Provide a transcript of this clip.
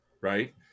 Right